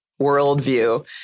worldview